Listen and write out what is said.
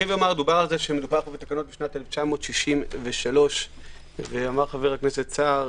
מדובר בתקנות משנת 1963. אמר חבר הכנסת סער